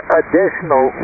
additional